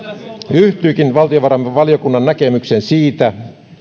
yhtyykin valtiovarainvaliokunnan näkemykseen siitä